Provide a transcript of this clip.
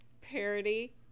parody